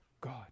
God